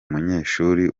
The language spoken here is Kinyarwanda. munyeshuri